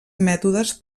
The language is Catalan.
mètodes